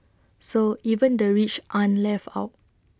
so even the rich aren't left out